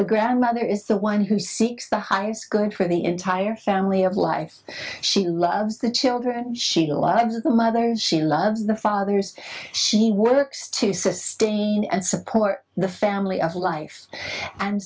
the grandmother is the one who seeks the highest good for the entire family of life she loves the children she loves the mothers she loves the fathers she works to sustain and support the family of life and